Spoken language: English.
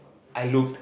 I looked